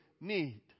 need